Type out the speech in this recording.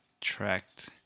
tracked